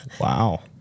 Wow